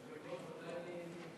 גברתי היושבת